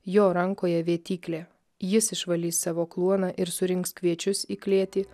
jo rankoje vėtyklė jis išvalys savo kluoną ir surinks kviečius į klėtį